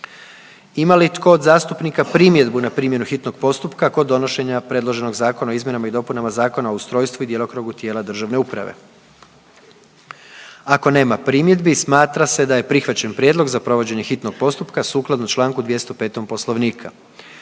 Ima li tko od zastupnika primjedbu na primjenu hitnog postupka kod donošenja predloženog Zakona o izmjenama i dopunama Zakona o ustrojstvu i djelokrugu tijela državne uprave? Ako nema primjedbi smatra se da je prihvaćen prijedlog za provođenje hitnog postupka sukladno Članku 205. Poslovnika.